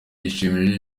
yishimiye